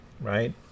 right